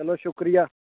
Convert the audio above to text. चलो शुक्रिया